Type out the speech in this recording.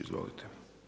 Izvolite.